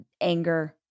anger